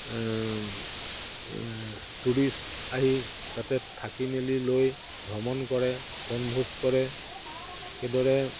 tourist আহি তাতে থাকি মেলি লৈ ভ্ৰমণ কৰে বনভোজ কৰে সেইদৰে